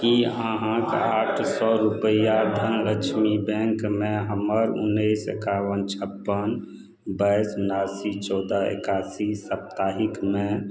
की अहाँ आठ सए रुपैआ धनलक्ष्मी बैंकमे हमर उन्नैस एकाबन छप्पन बाइस नबासी चौदह एकासी साप्ताहिकमे